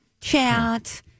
chat